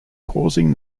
causing